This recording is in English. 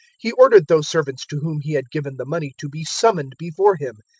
he ordered those servants to whom he had given the money to be summoned before him,